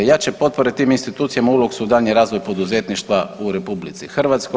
Jače potpore tim institucijama ulog su u daljnji razvoj poduzetništva u RH.